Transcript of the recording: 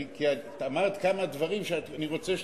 כי את אמרת כמה דברים שאני רוצה שתשמעי,